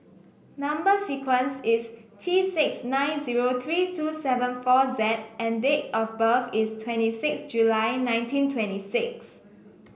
number sequence is T six nine zero three two seven four Z and date of birth is twenty six July nineteen twenty six